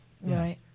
right